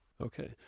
Okay